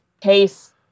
case